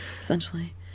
Essentially